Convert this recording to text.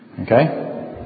Okay